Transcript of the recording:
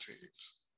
teams